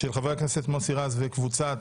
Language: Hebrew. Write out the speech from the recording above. של חבר הכנסת מוסי רז וקבוצת